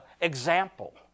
example